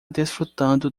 desfrutando